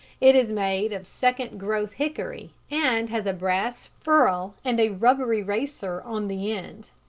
it is made of second-growth hickory, and has a brass ferrule and a rubber eraser on the end.